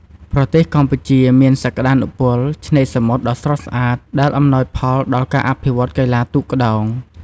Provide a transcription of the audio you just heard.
ប្រទេសកម្ពុជាមានសក្ដានុពលឆ្នេរសមុទ្រដ៏ស្រស់ស្អាត ដែលអំណោយផលដល់ការអភិវឌ្ឍន៍កីឡាទូកក្ដោង។